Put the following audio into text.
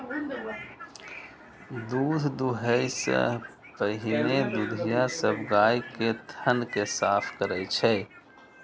दूध दुहै सं पहिने दुधिया सब गाय के थन कें साफ करै छै